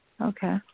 Okay